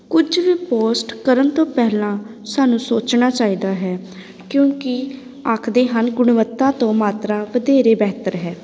ਕੁਝ ਵੀ ਪੋਸਟ ਕਰਨ ਤੋਂ ਪਹਿਲਾਂ ਸਾਨੂੰ ਸੋਚਣਾ ਚਾਹੀਦਾ ਹੈ ਕਿਉਂਕਿ ਆਖਦੇ ਹਨ ਗੁਣਵੱਤਾ ਤੋਂ ਮਾਤਰਾ ਵਧੇਰੇ ਬਿਹਤਰ ਹੈ